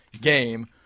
game